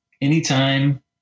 anytime